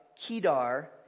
Kedar